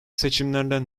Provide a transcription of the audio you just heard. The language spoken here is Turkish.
seçimlerden